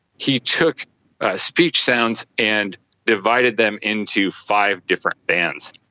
he took speech sounds and divided them into five different bands,